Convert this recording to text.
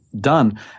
done